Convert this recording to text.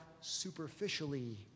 superficially